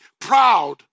proud